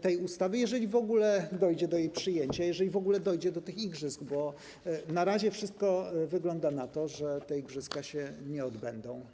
tej ustawy, jeżeli w ogóle dojdzie do jej przyjęcia, jeżeli w ogóle dojdzie do tych igrzysk, bo na razie wszystko wygląda na to, że te igrzyska się nie odbędą.